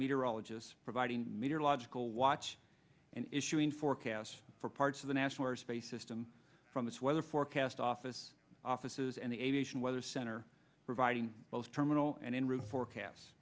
meter ologists providing meterological watch and issuing forecasts for parts of the national airspace system from this weather forecast office offices and the aviation weather center providing both terminal and en route forecasts